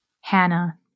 Hannah